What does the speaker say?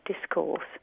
discourse